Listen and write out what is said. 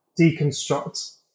deconstruct